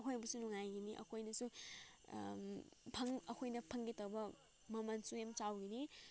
ꯑꯩꯈꯣꯏꯕꯨꯁꯨ ꯅꯨꯡꯉꯥꯏꯒꯅꯤ ꯑꯩꯈꯣꯏꯅꯁꯨ ꯑꯩꯈꯣꯏꯅ ꯐꯪꯒꯗꯕ ꯃꯃꯜꯁꯨ ꯌꯥꯝ ꯆꯥꯎꯒꯅꯤ